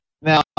Now